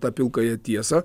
tą pilkąją tiesą